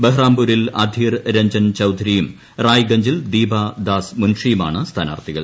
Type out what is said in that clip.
ബഹ്റാംപൂരിൽ അധീർ രഞ്ജൻ ചൌധരിയും റായ്ഗഞ്ചിയിൽ ദീപാ ദാസ്മുൻഷിയുമാണ് സ്ഥാനാർഥികൾ